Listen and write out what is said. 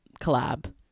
collab